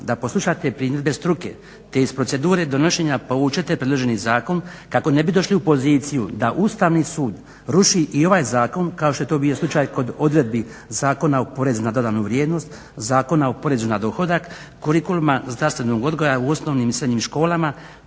da posluša te primjedbe struke te iz procedure donošenja povučete predloženi zakon kako ne bi došlo u poziciju da Ustavni sud ruši i ovaj zakon kao što je to bio slučaj kod odredbi Zakona o porezu na dodanu vrijednost, Zakona o porezu na dohodak, kurikuluma zdravstvenog odgoja u osnovnim i srednjim školama,